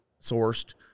sourced